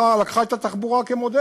היא לקחה את התחבורה כמודל,